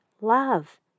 love